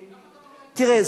תראה,